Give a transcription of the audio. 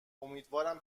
امیدوارم